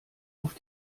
auf